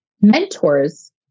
mentors